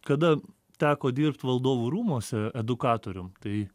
kada teko dirbt valdovų rūmuose edukatorium tai